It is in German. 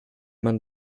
man